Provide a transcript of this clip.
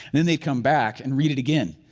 then they'd come back and read it again.